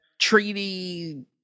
treaty